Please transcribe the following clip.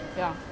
ya